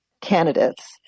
candidates